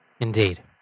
Indeed